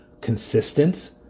consistent